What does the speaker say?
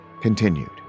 continued